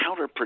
counterproductive